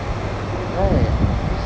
right yes